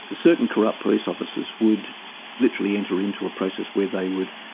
ah certain corrupt police officers would literally enter into a process where they would,